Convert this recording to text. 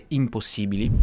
impossibili